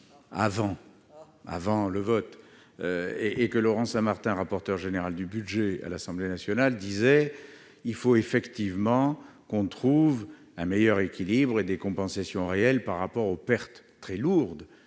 régionales ... Laurent Saint-Martin, rapporteur général du budget à l'Assemblée nationale, disait qu'il fallait trouver un meilleur équilibre et des compensations réelles par rapport aux pertes très lourdes